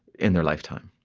in their lifetime,